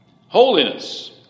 Holiness